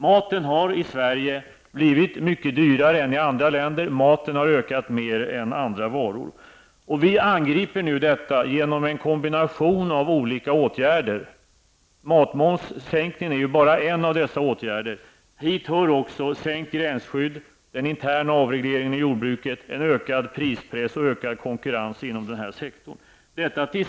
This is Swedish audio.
Maten har blivit mycket dyrare i Sverige än i andra länder. Priset på mat har ökat mycket mer än priset på andra varor. Vi angriper nu detta genom en kombination av olika åtgärder. Matmomssänkningen är bara en av dessa åtgärder. Hit hör också sänkt gränsskydd, den interna avregleringen av jordbruket, ökad prispress och ökad konkurrens inom den här sektorn.